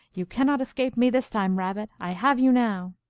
you cannot escape me this time, rabbit! i have you now!